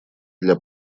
для